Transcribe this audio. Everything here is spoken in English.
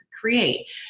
create